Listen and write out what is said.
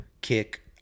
kick